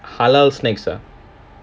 halal snacks ah